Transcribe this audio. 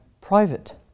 private